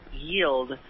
yield